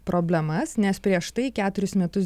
problemas nes prieš tai keturis metus